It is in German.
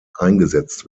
eingesetzt